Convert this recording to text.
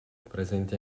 presenti